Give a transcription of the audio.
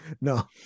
No